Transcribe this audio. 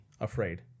afraid